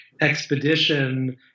expedition